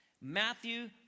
Matthew